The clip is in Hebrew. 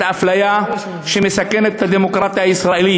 האפליה שמסכנת את הדמוקרטיה הישראלית.